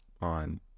on